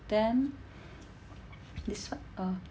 then this [one] uh